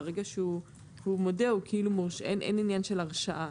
ברגע שהוא מודה, אין עניין של הרשעה